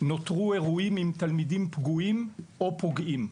נותרו אירועים עם תלמידים פגועים או פוגעים,